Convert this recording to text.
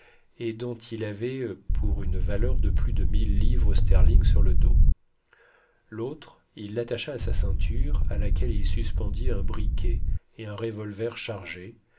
et dont il avait pour une valeur de plus de mille livres sterling sur le dos l'autre il l'attacha à sa ceinture à laquelle il suspendit un briquet et un revolver chargé